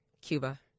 Cuba